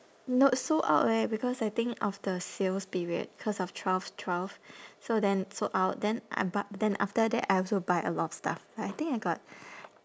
you know sold out leh because I think of the sales period because of twelve twelve so then sold out then I but then after that I also buy a lot of stuff I think I got